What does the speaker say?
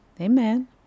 Amen